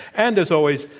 and, as always,